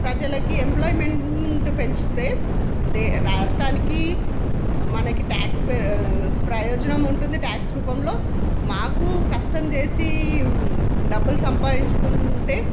ప్రజలకి ఎంప్లాయిమెంట్ పెంచితే దే రాష్ట్రానికి మనకి ట్యాక్స్ ప్రయోజనం ఉంటుంది ట్యాక్స్ రూపంలో మాకు కష్టం చేసి డబ్బులు సంపాదించుకుంటే